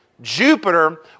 Jupiter